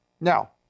Now